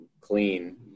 clean